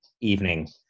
evening